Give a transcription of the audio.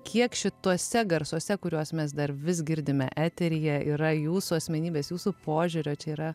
kiek šituose garsuose kuriuos mes dar vis girdime eteryje yra jūsų asmenybės jūsų požiūrio čia yra